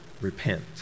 repent